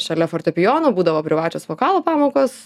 šalia fortepijono būdavo privačios vokalo pamokos